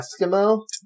Eskimo